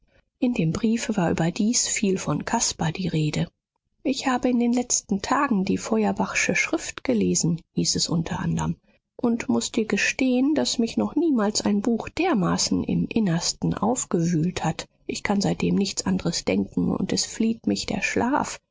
in dem brief war überdies viel von caspar die rede ich habe in den letzten tagen die feuerbachsche schrift gelesen hieß es unter anderm und muß dir gestehen daß mich noch niemals ein buch dermaßen im innersten aufgewühlt hat ich kann seitdem nichts andres denken und es flieht mich der schlaf